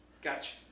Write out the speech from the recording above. Gotcha